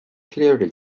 clearly